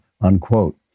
unquote